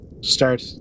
start